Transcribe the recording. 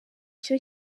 cyo